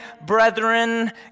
brethren